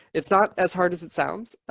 it's not as hard as it sounds.